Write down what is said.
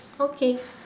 okay